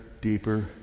deeper